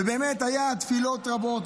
ובאמת היו תפילות רבות,